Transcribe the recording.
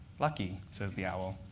lucky, says the owl.